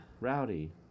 Rowdy